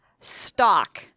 Stock